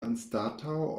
anstataŭ